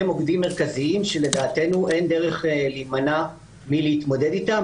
מוקדים מרכזיים שלדעתנו אין דרך להימנע מלהתמודד איתם,